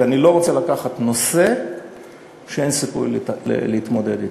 כי אני לא רוצה לקחת נושא שאין סיכוי להתמודד אתו,